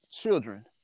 children